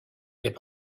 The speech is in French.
est